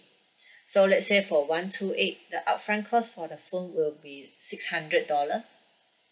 so let's say for one two eight the upfront cost for the phone will be six hundred dollar